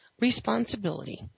responsibility